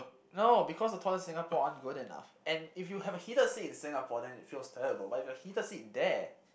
no because the toilet in Singapore aren't good enough and if you have a heated seat in Singapore then it feels terrible but if you have a heated seat there